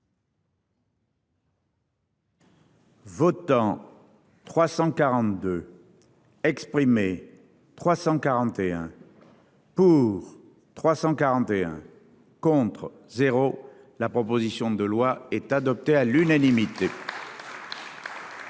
Votants 342. Exprimés. 341. Pour 341. Contre 0 la proposition de loi est adopté à l'unanimité.